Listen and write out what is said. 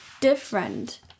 different